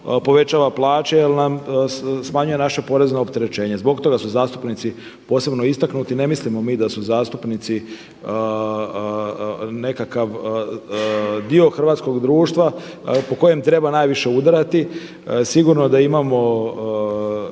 povećava plaće jer nam smanjuje naše porezno opterećenje. Zbog toga su zastupnici posebno istaknuti. Ne mislimo mi da su zastupnici nekakav dio hrvatskog društva po kojem treba najviše udarati. Sigurno da imamo